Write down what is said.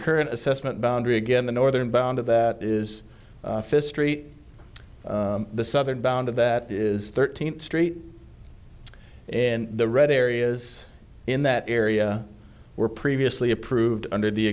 current assessment boundary again the northern boundary that is fist street the southern boundary that is thirteenth street and the red areas in that area were previously approved under the